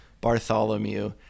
Bartholomew